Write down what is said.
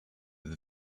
that